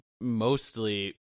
mostly